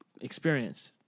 experience